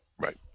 right